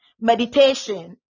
Meditation